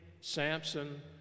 Samson